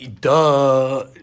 Duh